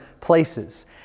places